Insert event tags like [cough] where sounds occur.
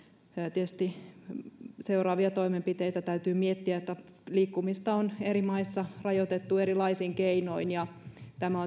tietysti seuraavia toimenpiteitä täytyy miettiä liikkumista on eri maissa rajoitettu erilaisin keinoin ja tämä [unintelligible]